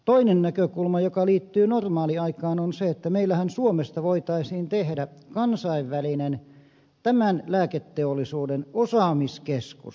toinen näkökulma joka liittyy normaaliaikaan on se että meillähän suomesta voitaisiin tehdä kansainvälinen tämän lääketeollisuuden osaamiskeskus